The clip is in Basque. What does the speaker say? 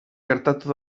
gertatu